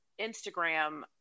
instagram